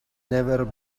never